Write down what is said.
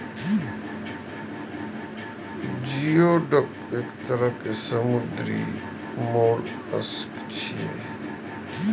geoduck एक तरह समुद्री मोलस्क छियै